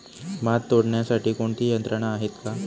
भात तोडण्यासाठी कोणती यंत्रणा आहेत का?